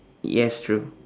yes true